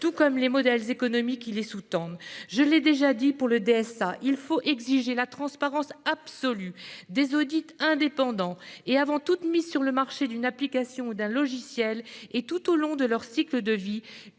données et les modèles économiques qui les sous-tendent. Comme je le réclamais pour le DSA, il faut exiger la transparence absolue, des audits indépendants et, tant avant la mise sur le marché d'une application ou d'un logiciel que tout au long de leur cycle de vie,